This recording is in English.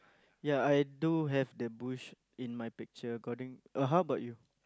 ya I do have the bush in my picture according uh how bout you